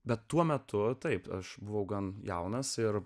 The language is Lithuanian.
bet tuo metu taip aš buvau gan jaunas ir